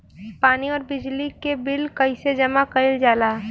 पानी और बिजली के बिल कइसे जमा कइल जाला?